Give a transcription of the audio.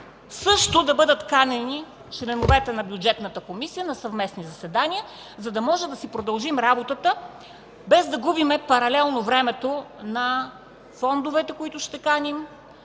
също да бъдат канени членовете на Бюджетната комисия на съвместни заседания, за да можем да си продължим работата без да губим времето с паралелни заседания на фондовете, които ще каним,